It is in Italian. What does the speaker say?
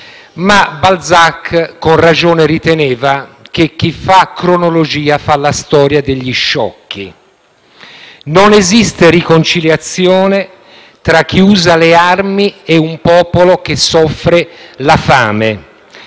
ma Balzac, con ragione, riteneva che chi fa cronologia, fa la storia degli sciocchi. Non esiste riconciliazione tra chi usa le armi e un popolo che soffre la fame.